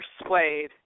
persuade